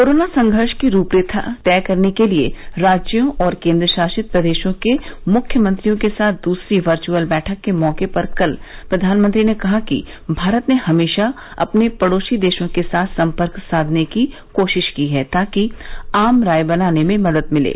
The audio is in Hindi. कोरोना संघर्ष की रूपरेखा तय करने के लिए राज्यों और केन्द्रशासित प्रदेशों के मुख्यमंत्रियों के साथ दूसरी वर्चुअल बैठक के मौके पर कल प्रधानमंत्री ने कहा कि भारत ने हमेशा अपने पड़ोसी देशों के साथ संपर्क साधने की कोशिश की है ताकि आम राय बनाने में मदद मिले